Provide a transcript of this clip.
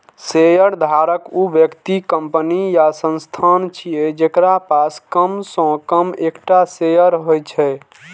शेयरधारक ऊ व्यक्ति, कंपनी या संस्थान छियै, जेकरा पास कम सं कम एकटा शेयर होइ छै